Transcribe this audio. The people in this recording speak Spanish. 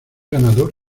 ganador